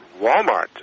Walmart